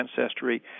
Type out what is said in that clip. ancestry